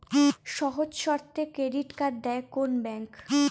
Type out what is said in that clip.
সহজ শর্তে credit card দেয় কোন ব্যাংক?